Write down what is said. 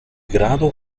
grado